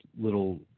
little